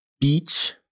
Beach